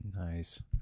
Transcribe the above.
Nice